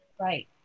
Right